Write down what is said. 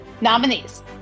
nominees